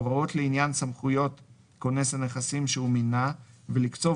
הוראות לעניין סמכויות כונס נכסים שהוא מינה ולקצוב